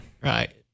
right